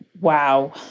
wow